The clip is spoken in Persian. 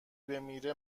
بمیره